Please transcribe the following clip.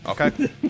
Okay